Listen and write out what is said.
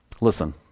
Listen